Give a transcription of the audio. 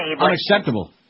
unacceptable